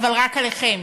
אבל רק עליכם,